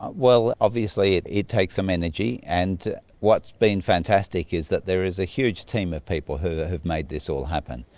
ah well, obviously it it takes some energy, and what's been fantastic is that there is a huge team of people who have made this all happen.